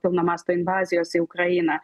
pilno masto invazijos į ukrainą